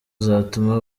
zatuma